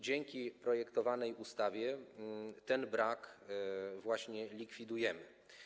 Dzięki projektowanej ustawie tę lukę właśnie likwidujemy.